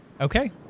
okay